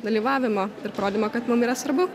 dalyvavimo ir parodymą kad mums yra svarbu